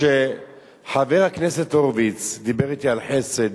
כשחבר הכנסת הורוביץ דיבר אתי על חסד,